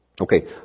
okay